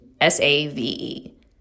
S-A-V-E